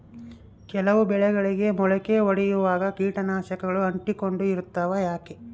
ಕೆಲವು ಬೆಳೆಗಳಿಗೆ ಮೊಳಕೆ ಒಡಿಯುವಾಗ ಕೇಟನಾಶಕಗಳು ಅಂಟಿಕೊಂಡು ಇರ್ತವ ಯಾಕೆ?